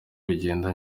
bigenda